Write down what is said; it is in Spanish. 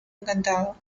encantado